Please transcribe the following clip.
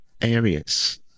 areas